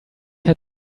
had